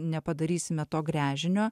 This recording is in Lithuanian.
nepadarysime to gręžinio